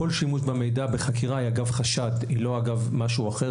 כל שימוש במידע בחקירה הוא אגב חשד ולא אגב משהו אחר.